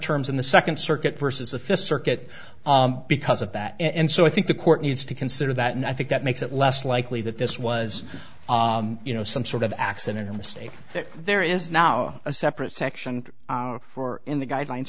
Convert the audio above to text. terms in the second circuit versus the fifth circuit because of that and so i think the court needs to consider that and i think that makes it less likely that this was you know some sort of accident or mistake that there is now a separate section for in the guidelines